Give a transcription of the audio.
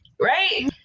right